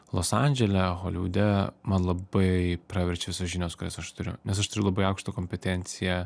los andžele holivude man labai praverčia visos žinios kurias aš turiu nes aš turiu labai aukštą kompetenciją